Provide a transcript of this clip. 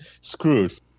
screwed